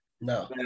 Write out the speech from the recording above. no